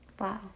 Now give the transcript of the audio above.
Wow